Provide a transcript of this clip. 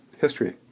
history